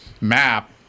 map